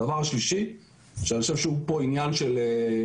הערה שלישית, ואני חושב שזה עניין של מדיניות